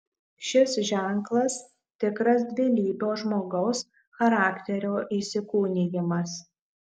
šis ženklas tikras dvilypio žmogaus charakterio įsikūnijimas